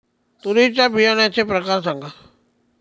तूरीच्या बियाण्याचे प्रकार सांगा